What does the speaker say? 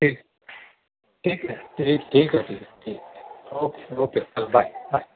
ठीक ठीक आहे ठीक ठीक आहे ठीक आहे ठीक ओके ओके चल बाय बाय